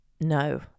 No